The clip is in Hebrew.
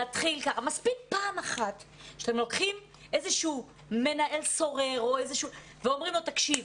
מספיק פעם אחת שאתם לוקחים איזשהו מנהל סורר ואומרים לו: תקשיב,